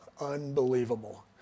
unbelievable